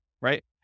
right